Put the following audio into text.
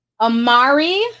Amari